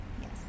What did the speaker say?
Yes